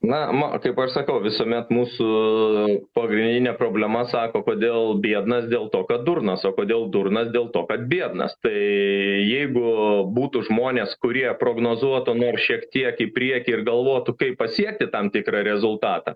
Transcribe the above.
na ma kaip aš sakau visuomet mūsų pagrindinė problema sako kodėl biednas dėl to kad durnas o kodėl durnas dėl to kad biednas tai jeigu būtų žmonės kurie prognozuotų nors šiek tiek į priekį ir galvotų kaip pasiekti tam tikrą rezultatą